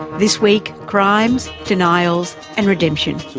this week crimes, denials and redemption.